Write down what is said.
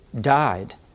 died